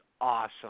awesome